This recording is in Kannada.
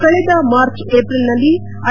ಕಳೆದ ಮಾರ್ಚ್ ಎಪ್ರಿಲ್ನಲ್ಲಿ ಐ